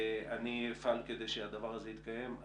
אני אפעל כדי שהדבר הזה יתקיים.